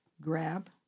grab